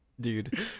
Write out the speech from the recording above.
Dude